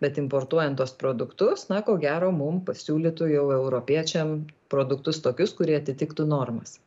bet importuojant tuos produktus na ko gero mum pasiūlytų jau europiečiam produktus tokius kurie atitiktų normas